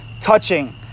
touching